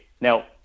now